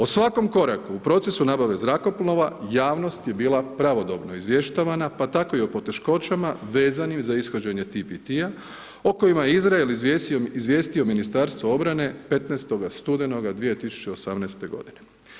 O svakom koraku o procesu nabavke zrakoplova javnost je bila pravodobno izvještavana, pa tako i o poteškoćama vezanim za ishođenje TPT-a o kojima je Izrael izvijestio Ministarstvo obrane 15. studenoga 2018. godine.